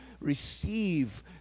receive